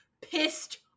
pissed